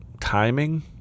timing